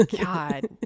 God